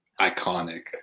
iconic